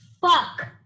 fuck